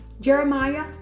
Jeremiah